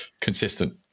consistent